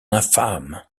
infâme